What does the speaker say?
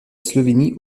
slovénie